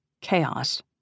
Chaos